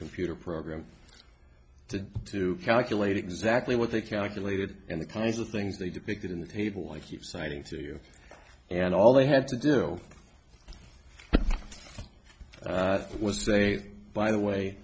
computer program to to calculate exactly what they calculated and the kinds of things they depicted in the table i keep citing to you and all they had to do was say by the way